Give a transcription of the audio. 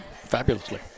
fabulously